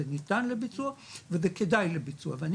זה ניתן לביצוע וזה כדאי לביצוע ואני